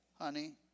honey